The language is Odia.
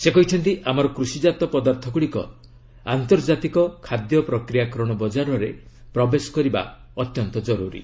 ସେ କହିଛନ୍ତି ଆମର କୃଷିଜାତ ପଦାର୍ଥଗୁଡ଼ିକ ଆନ୍ତର୍ଜାତିକ ଖାଦ୍ୟ ପ୍ରକ୍ରିୟାକରଣ ବଜାରରେ ପ୍ରବେଶ କରିବା ଅତ୍ୟନ୍ତ କରୁରୀ